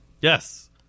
yes